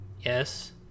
yes